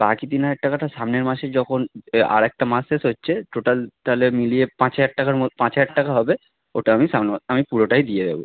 বাকি তিন হাজার টাকাটা সামনের মাসে যখন আর একটা মাস শেষ হচ্ছে টোটাল তাহলে মিলিয়ে পাঁচ হাজার টাকার মত পাঁচ হাজার টাকা হবে ওটা আমি সামনের মা আমি পুরোটাই দিয়ে দেবো